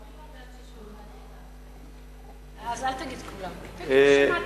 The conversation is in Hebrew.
אתה לא מדייק פה, אז אל תגיד כולם, תגיד ששמעתי.